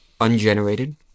ungenerated